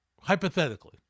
hypothetically